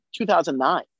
2009